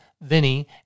Vinny